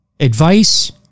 advice